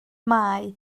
mae